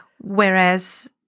Whereas